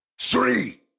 three